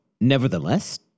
Nevertheless